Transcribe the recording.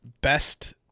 best